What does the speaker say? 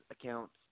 accounts